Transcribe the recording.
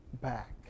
back